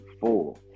four